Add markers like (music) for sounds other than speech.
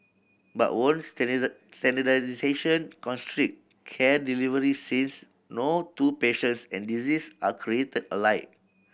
but won't (unintelligible) standardisation constrict care delivery since no two patients and disease are created alike